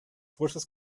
fuerzas